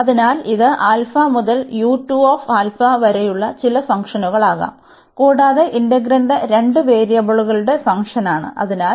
അതിനാൽ ഇത് ആൽഫ മുതൽ വരെയുള്ള ചില ഫoഗ്ഷനുകളാകാം കൂടാതെ ഇന്റഗ്രാൻഡ് രണ്ട് വേരിയബിളുകളുടെ ഫoഗ്ഷനാണ് അതിനാൽ